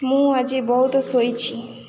ମୁଁ ଆଜି ବହୁତ ଶୋଇଛି